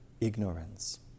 ignorance